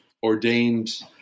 ordained